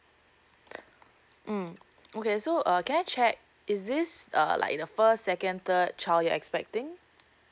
um okay so uh can I check is this uh like the first second third child you're expecting